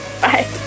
Bye